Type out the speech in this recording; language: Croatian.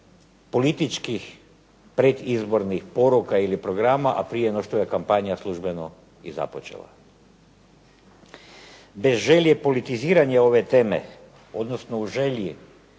političkih predizbornih poruka ili programa, a prije no što je kampanja službeno i započela. Bez želje politiziranja ove teme, odnosno u želji